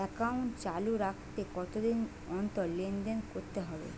Account চালু রাখতে কতদিন অন্তর লেনদেন করতে হবে?